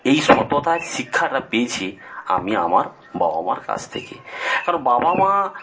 আর এই সততার শিক্ষাটা পেয়েছি আমি আমার বাবা মার কাজ থেকে কারণ বাবা মা